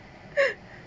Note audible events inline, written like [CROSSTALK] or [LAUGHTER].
[LAUGHS]